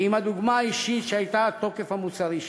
ועם הדוגמה האישית שהייתה התוקף המוסרי שלו.